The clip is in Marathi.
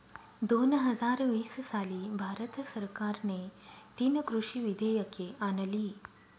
दोन हजार वीस साली भारत सरकारने तीन कृषी विधेयके आणली